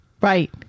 Right